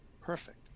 perfect